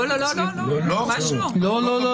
ממש לא.